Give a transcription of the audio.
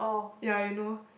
ya you know